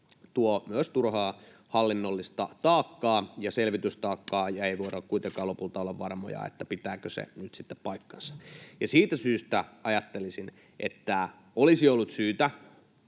tuo myös turhaa hallinnollista taakkaa ja selvitystaakkaa ja ei voida kuitenkaan lopulta olla varmoja, pitääkö se nyt sitten paikkansa. Siitä syystä ajattelisin, että olisi ollut syytä